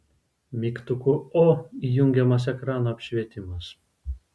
mygtuku o įjungiamas ekrano apšvietimas